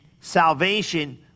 salvation